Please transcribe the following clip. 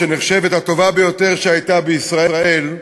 שנחשבת לטובה ביותר שהייתה בישראל,